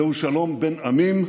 זהו שלום בין עמים,